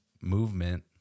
movement